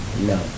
no